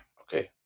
Okay